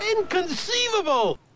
Inconceivable